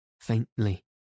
faintly